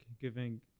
giving